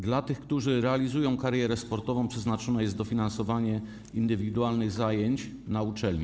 Dla tych, którzy realizują karierę sportową, przeznaczone jest dofinansowanie indywidualnych zajęć na uczelni.